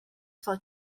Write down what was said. slot